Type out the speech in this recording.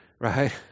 Right